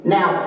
Now